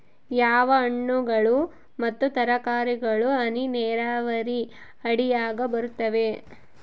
ಯಾವ ಹಣ್ಣುಗಳು ಮತ್ತು ತರಕಾರಿಗಳು ಹನಿ ನೇರಾವರಿ ಅಡಿಯಾಗ ಬರುತ್ತವೆ?